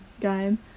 game